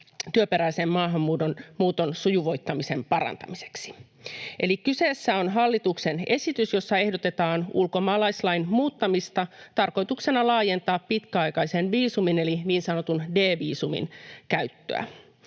työperäisen maahanmuuton sujuvoittamisen parantamiseksi. Eli kyseessä on hallituksen esitys, jossa ehdotetaan ulkomaalaislain muuttamista tarkoituksena laajentaa pitkäaikaisen viisumin eli niin sanotun D-viisumin käyttöä.